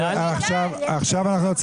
בהקראה.